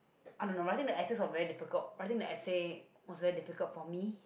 I don't know but I think the essays were very difficult I think the essay was very difficult for me